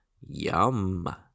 Yum